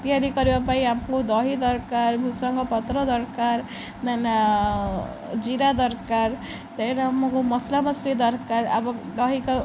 ତିଆରି କରିବା ପାଇଁ ଆମକୁ ଦହି ଦରକାର ଭୂସଙ୍ଗ ପତ୍ର ଦରକାର ଦେନ୍ ଜିରା ଦରକାର ଦେନ୍ ଆମକୁ ମସଲା ମସଲି ଦରକାର ଆମକୁ ଦହି